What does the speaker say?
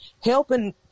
helping